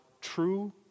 true